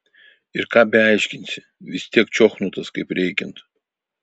ir ką beaiškinsi vis vien čiochnutas kaip reikiant